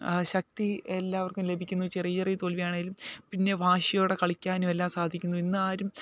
ശക്തി എല്ലാവർക്കും ലഭിക്കുന്നു ചെറിയ ചെറിയ തോൽവിയാണെങ്കിലും പിന്നെ വാശിയോടെ കളിക്കാനും എല്ലാം സാധിക്കുന്നു ഇന്ന് ആരും